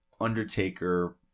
Undertaker